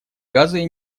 газы